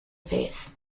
faith